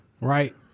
right